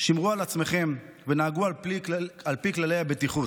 שמרו על עצמכם ונהגו על פי כללי הבטיחות.